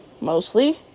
mostly